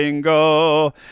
go